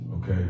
Okay